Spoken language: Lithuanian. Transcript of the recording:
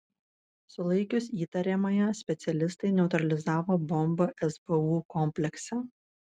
sulaikius įtariamąją specialistai neutralizavo bombą sbu komplekse